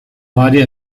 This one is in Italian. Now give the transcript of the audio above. vari